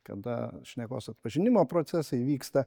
kada šnekos atpažinimo procesai vyksta